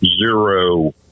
zero